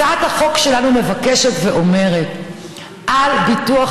הצעת החוק שלנו מבקשת ואומרת: על ביטוח